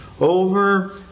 over